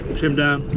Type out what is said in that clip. trim down,